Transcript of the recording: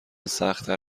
سختتر